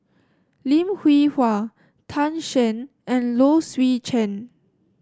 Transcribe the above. Lim Hwee Hua Tan Shen and Low Swee Chen